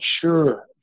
sure